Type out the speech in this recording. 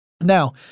Now